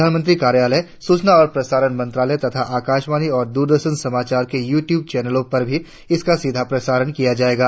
प्रधानमंत्री कार्यालय सूचना और प्रसारण मंत्रालय तथा आकाशवाणी और द्ररदर्शन समाचार के यू ट्यूब चैनलों पर इसका सीधा प्रसारण किया जायेगा